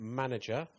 manager